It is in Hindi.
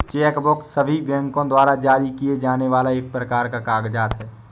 चेक बुक सभी बैंको द्वारा जारी किए जाने वाला एक प्रकार का कागज़ात है